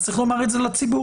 אז צריך לומר את זה לציבור.